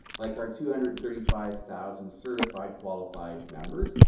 like our two hundred and thirty five thousand certified, qualified members,